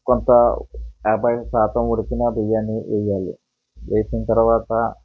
కొంత యాభై శాతం ఉడికిన బియ్యాన్ని వెయ్యాలి వేసిన తరువాత